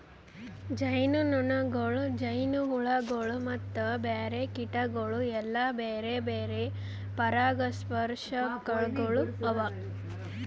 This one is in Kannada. ಜೇನುನೊಣಗೊಳ್, ಜೇನುಹುಳಗೊಳ್ ಮತ್ತ ಬ್ಯಾರೆ ಕೀಟಗೊಳ್ ಎಲ್ಲಾ ಬ್ಯಾರೆ ಬ್ಯಾರೆ ಪರಾಗಸ್ಪರ್ಶಕಗೊಳ್ ಅವಾ